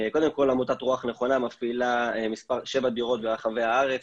קודם כל עמותת "רוח נכונה" מפעילה שבע דירות ברחבי הארץ,